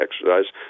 exercise